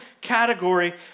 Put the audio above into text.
category